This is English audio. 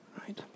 right